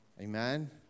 Amen